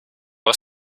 was